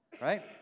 right